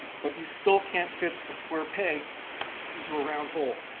but you still can't fit a square peg into a round hole.